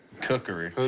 cookery.